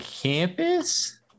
campus